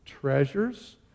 treasures